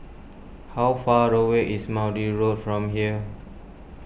how far away is Maude Road from here